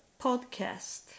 podcast